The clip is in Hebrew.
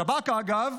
השב"כ, אגב,